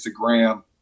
Instagram